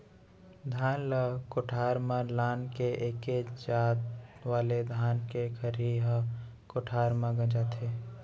धान ल कोठार म लान के एके जात वाले धान के खरही ह कोठार म गंजाथे